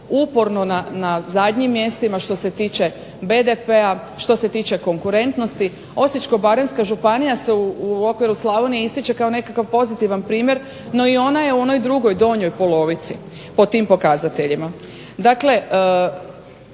uporno na zadnjim mjestima što se tiče BDP-a, što se tiče konkurentnosti. Osječko-baranjska županija se u okviru Slavonije ističe kao nekakav pozitivan primjer, no i ona je u onoj drugoj donjoj polovici po tim pokazateljima.